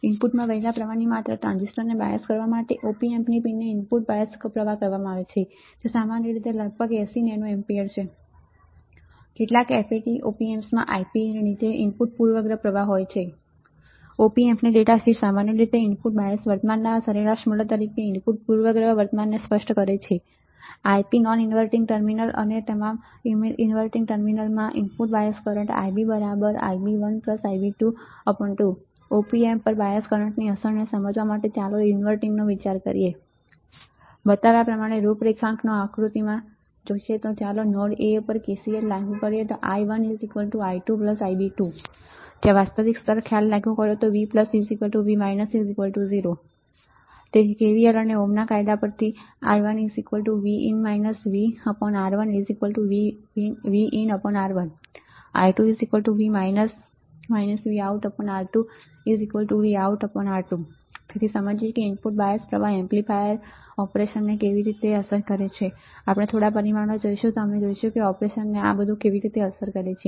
ઇનપુટમાં વહેતા પ્રવાહની માત્રા ટ્રાન્ઝિસ્ટરને બાયસ કરવા માટે op ampની પિનને ઇનપુટ બાયસ કરંટ કહેવામાં આવે છે સામાન્ય રીતે તે લગભગ 80 nA છે નોંધ કેટલાક FET op amps માં IPA ની નીચે ઇનપુટ પૂર્વગ્રહ પ્રવાહ હોય છે • op amp ડેટાશીટ સામાન્ય રીતે ઇનપુટ બાયસ વર્તમાનના સરેરાશ મૂલ્ય તરીકે ઇનપુટ પૂર્વગ્રહ વર્તમાનને સ્પષ્ટ કરે છે Ip નોન ઇન્વર્ટિંગ ટર્મિનલ પર અને તમામ ઇન્વર્ટિંગ ટર્મિનલમાં input bias current IB IB1 IB22 • op amp પર બાયસ કરંટની અસરને સમજવા માટે ચાલો ઇન્વર્ટિંગનો વિચાર કરીએ બતાવ્યા પ્રમાણે રૂપરેખાંકનો આકૃતિમાં ચાલો નોડ A પર KCL લાગુ કરીએ I1 I2IB2 જ્યાં વાસ્તવિક સ્તર ખ્યાલ લાગુ કરો VV 0 તેથી KVL અને ઓહ્મના કાયદામાંથી I1 Vin V R1VinR1 I2 V VoutR2 VoutR2 તેથી ચાલો સમજીએ કે ઇનપુટ બાયસ પ્રવાહ એમ્પ્લીફાયર ઓપરેશનને કેવી રીતે અસર કરે છે આપણે થોડા પરિમાણો જોશું અને અમે જોઈશું કે તે ઑપરેશનને કેવી રીતે અસર કરે છે